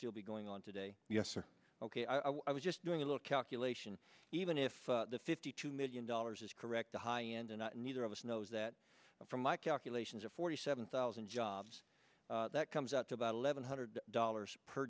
still be going on today ok i was just doing a little calculation even if the fifty two million dollars is correct the high end and neither of us knows that from my calculations of forty seven thousand jobs that comes out to about eleven hundred dollars per